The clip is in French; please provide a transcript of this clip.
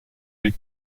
les